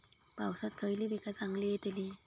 पावसात खयली पीका चांगली येतली?